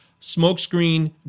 smokescreen